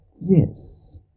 Yes